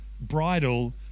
bridle